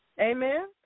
Amen